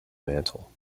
mantle